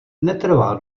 netrvá